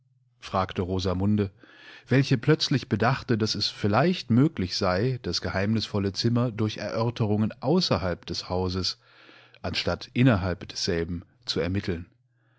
fragte rosamunde welche plötzlich bedachte daß es vielleicht möglich sei das geheimnisvolle zimmer durch erörterungen außerhalb des hauses anstatt innerhalb desselbenzuermitteln